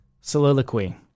soliloquy